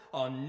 on